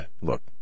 Look